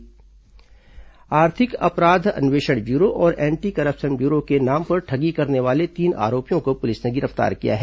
EOW ABC कार्रवाई आर्थिक अपराध अन्वेषण ब्यूरो और एंटी करप्शन ब्यूरो के नाम पर ठगी करने वाले तीन आरोपियों को पुलिस ने गिरफ्तार किया है